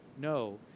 No